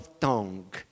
tongue